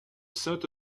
sainte